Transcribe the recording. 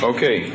Okay